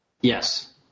Yes